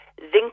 zinc